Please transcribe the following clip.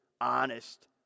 honest